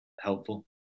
helpful